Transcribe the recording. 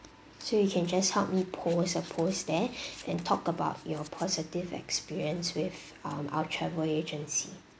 so you can just help me post a post there and talk about your positive experience with um our travel agency